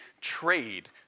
trade